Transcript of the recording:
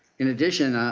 in addition, ah